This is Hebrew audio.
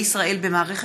פריג'